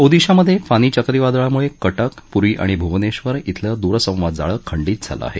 ओदिशामधे फानी चक्रीवादळामुळे कक्रि पुरी आणि भुवनेश्वर इथलं दुरसंवाद जाळ खंडित झालं आहे